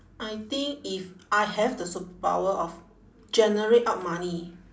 I think if I have the superpower of generate out money